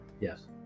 Yes